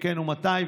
אם כן, מתי?